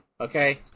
okay